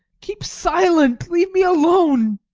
keep silent! leave me alone!